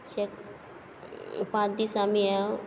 check पांत दीस आमी या